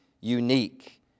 unique